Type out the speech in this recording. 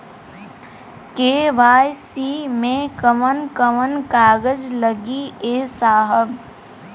KYC मे कवन कवन कागज लगी ए साहब?